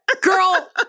Girl